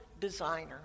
designer